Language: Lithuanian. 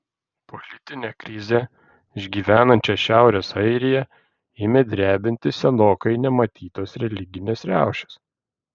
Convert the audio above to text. politinę krizę išgyvenančią šiaurės airiją ėmė drebinti senokai nematytos religinės riaušės